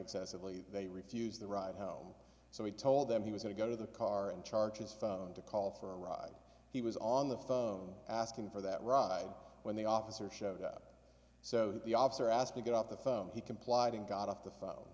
excessively they refused the ride home so he told them he was going to go to the car and charges phone to call for a ride he was on the phone asking for that ride when the officer showed up so the officer asked to get off the phone he complied and got off the phone